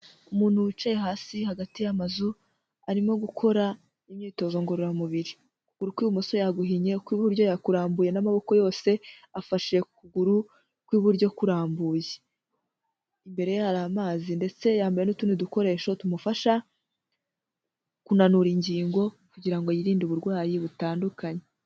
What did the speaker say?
Umuntu wicaye hasi hagati y'amazu, arimo gukora imyitozo ngororamubiri, ukuguru ku imoso yaguhinye ukw'iburyo yakurambuye n'amaboko yose, afashe ku kuguru ku iburyo kurambuye. Imbere ye hari amazi ndetse yambaye n'utundi dukoresho tumufasha kunanura ingingo kugira ngo yirinde uburwayi butandukanye.